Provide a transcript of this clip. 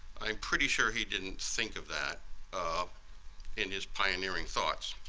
i'm pretty sure he didn't think of that um in his pioneering thoughts,